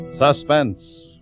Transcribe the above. Suspense